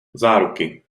záruky